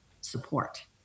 support